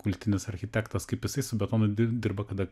kultinis architektas kaip jisai su betonu dir dirba kada